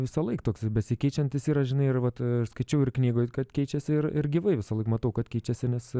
visąlaik toks besikeičiantis yra žinai ir vat aš skaičiau ir knygoj kad keičiasi ir ir gyvai visąlaik matau kad keičiasi nes